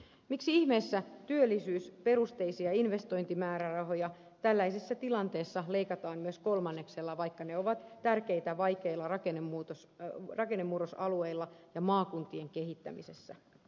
miksi ihmeessä työllisyysperusteisia investointimäärärahoja tällaisessa tilanteessa leikataan myös kolmanneksella vaikka ne ovat tärkeitä vaikeilla rakennemurrosalueilla ja maakuntien kehittämisessä